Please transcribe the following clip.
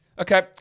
Okay